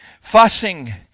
fussing